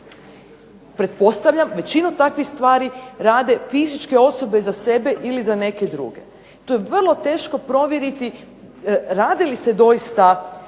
Pretpostavljam većinu takvih stvari rade fizičke osobe za sebe ili za neke druge. To je vrlo teško provjeriti radi li se doista